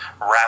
wrap